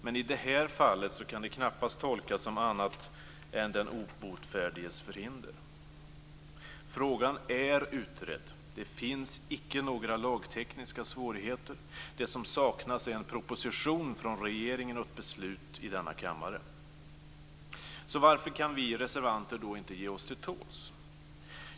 Men i det här fallet kan det knappast tolkas som annat än den obotfärdiges förhinder. Frågan är utredd. Det finns icke några lagtekniska svårigheter. Det som saknas är en proposition från regeringen och ett beslut i denna kammare. Varför kan vi reservanter då inte ge oss till tåls?